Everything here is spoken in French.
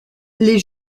les